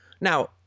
Now